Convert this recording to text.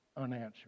unanswered